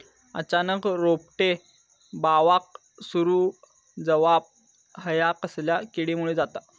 अचानक रोपटे बावाक सुरू जवाप हया कसल्या किडीमुळे जाता?